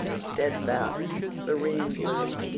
steadfast, serene blue,